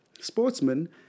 sportsmen